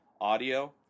audio